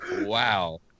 Wow